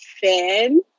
fan